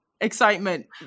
excitement